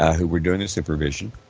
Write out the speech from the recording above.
who were doing the supervision,